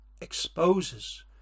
exposes